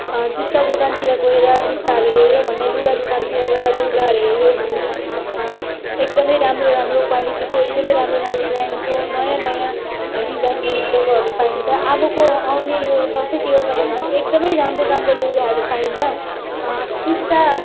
जुत्ता दोकानतिर गएर जुत्ताहरू हेर्यौँ भने लुगा दोकानतिर गएर लगाहरू हेर्यौँ भने एकदम राम्रो राम्रो क्वालिटीको एकदम राम्रो राम्रो ब्रान्डको नयाँ नयाँ डिजाइनको निस्केकोहरू पाइन्छ अबको पाउने यो दसैँ तिहारमा त झन् एकदम राम्रो राम्रो लुगाहरू पाइन्छ टिस्टा